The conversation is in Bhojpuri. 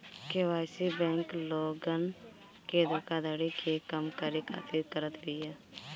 के.वाई.सी बैंक लोगन के धोखाधड़ी के कम करे खातिर करत बिया